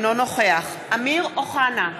אינו נוכח אמיר אוחנה,